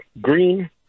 green